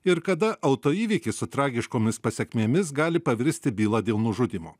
ir kada autoįvykis su tragiškomis pasekmėmis gali pavirsti byla dėl nužudymo